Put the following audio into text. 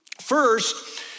first